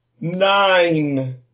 Nine